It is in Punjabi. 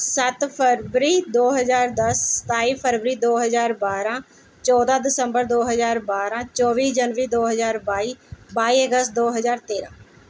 ਸੱਤ ਫਰਵਰੀ ਦੋ ਹਜ਼ਾਰ ਦਸ ਸਤਾਈ ਫਰਵਰੀ ਦੋ ਹਜ਼ਾਰ ਬਾਰ੍ਹਾਂ ਚੌਦ੍ਹਾਂ ਦਸੰਬਰ ਦੋ ਹਜ਼ਾਰ ਬਾਰ੍ਹਾਂ ਚੌਵੀ ਜਨਵਰੀ ਦੋ ਹਜ਼ਾਰ ਬਾਈ ਬਾਈ ਅਗਸਤ ਦੋ ਹਜ਼ਾਰ ਤੇਰ੍ਹਾਂ